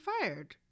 fired